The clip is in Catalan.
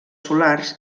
solars